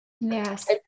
Yes